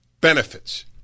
benefits